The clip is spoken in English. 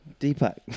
Deepak